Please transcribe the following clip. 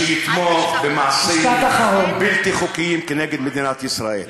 בבקשה תיתן לו לסיים את דבריו.